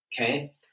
Okay